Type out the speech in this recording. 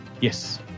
Yes